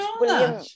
William